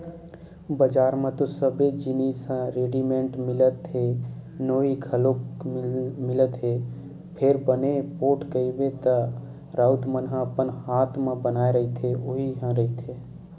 बजार म तो सबे जिनिस ह रेडिमेंट मिलत हे नोई घलोक मिलत हे फेर बने पोठ कहिबे त राउत मन ह अपन हात म बनाए रहिथे उही ह रहिथे